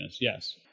Yes